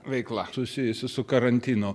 veikla susijusi su karantinu